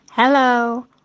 Hello